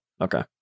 okay